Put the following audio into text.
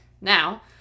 now